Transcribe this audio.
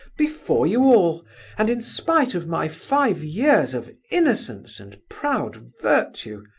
before you all, and in spite of my five years of innocence and proud virtue,